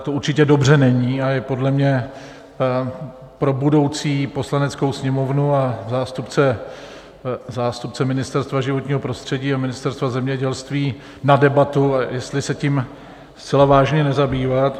To určitě dobře není a je podle mě pro budoucí Poslaneckou sněmovnu a zástupce Ministerstva životního prostředí a Ministerstva zemědělství na debatu, jestli se tím zcela vážně nezabývat.